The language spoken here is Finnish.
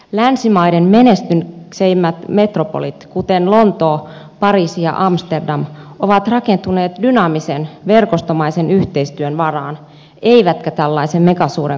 länsimaiden menestyksekkäimmät metropolit kuten lontoo pariisi ja amsterdam ovat rakentuneet dynaamisen verkostomaisen yhteistyön varaan eivätkä tällaisen megasuuren kuntaliitoksen varaan